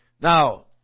Now